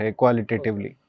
qualitatively